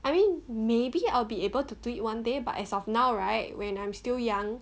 I mean maybe I'll be able to tweak one day but as of now right when I'm still young